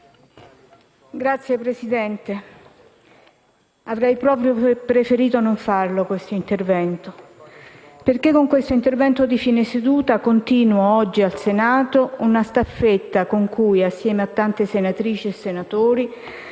intervento avrei proprio preferito non farlo, perché con questo intervento di fine seduta continuo oggi al Senato una staffetta con cui, assieme a tante senatrici e senatori,